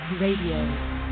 RADIO